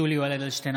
(קורא בשמות חברי הכנסת) יולי יואל אדלשטיין,